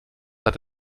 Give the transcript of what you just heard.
hat